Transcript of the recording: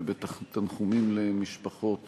ובתנחומים למשפחות